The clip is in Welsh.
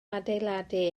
adeiladu